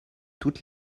toutes